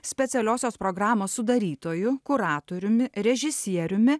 specialiosios programos sudarytoju kuratoriumi režisieriumi